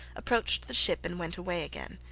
approached the ship and went away again.